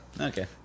Okay